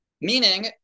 Meaning